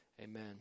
Amen